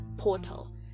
portal